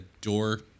door